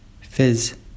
fizz